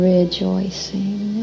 Rejoicing